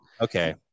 Okay